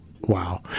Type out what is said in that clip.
Wow